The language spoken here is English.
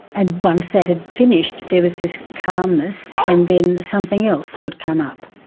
and once that had finished there was this calmness and then something else would come up.